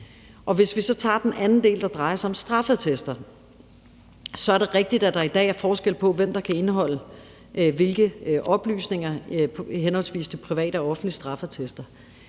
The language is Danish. Hvis vi så tager den anden del, der drejer sig om straffeattester, så er det rigtigt, at der i dag er forskel på, hvem der kan indeholde hvilke oplysninger i henholdsvis de private og offentlige straffeattester.